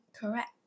Correct